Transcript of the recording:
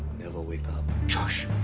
never wake up. josh,